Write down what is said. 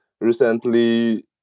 recently